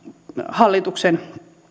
hallituksen